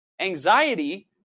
Anxiety